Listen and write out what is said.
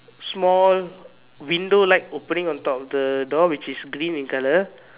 small window like opening on top the door which is green in color